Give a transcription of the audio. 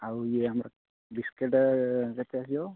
ଆଉ ଇଏ ଆମର ବିସ୍କେଟ୍ କେତେ ଆସିବ